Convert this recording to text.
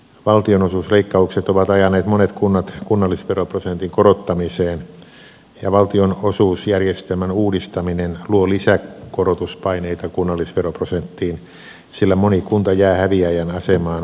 valtionosuusleikkaukset ovat ajaneet monet kunnat kunnallisveroprosentin korottamiseen ja valtionosuusjärjestelmän uudistaminen luo lisäkorotuspaineita kunnallisveroprosenttiin sillä moni kunta jää häviäjän asemaan valtionosuusremontissa